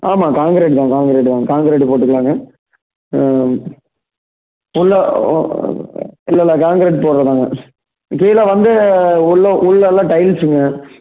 ஆமாம் கான்கிரேட் தான் கான்கிரேட் தான் கான்கிரேட்டு போட்டுக்கலாங்க உள்ளே இல்லை இல்லை கான்கிரேட் போடுறது தாங்க ஸ் கீழே வந்து உள்ளே உள்ளேலாம் டைல்ஸுங்க